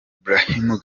brahim